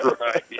right